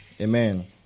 Amen